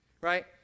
right